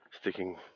sticking